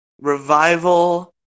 revival